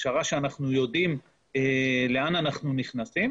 הכשרה שאנחנו יודעים לאן אנחנו נכנסים.